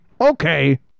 Okay